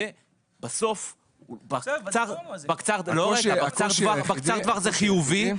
בטווח הקצר זה חיובי,